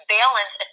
balance